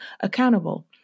accountable